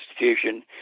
institution